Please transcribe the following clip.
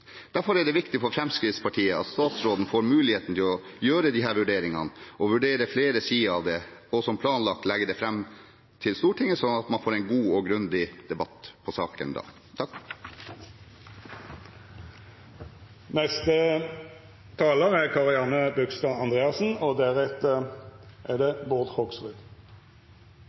Derfor er det viktig for Fremskrittspartiet at statsråden får muligheten til å gjøre disse vurderingene, vurdere flere sider ved det og som planlagt legge det fram for Stortinget, slik at man får en god og grundig debatt om saken da. I representantforslaget som ligger til grunn for dagens sak, ble det